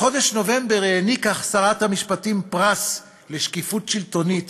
בחודש נובמבר העניקה שרת המשפטים פרס לשקיפות שלטונית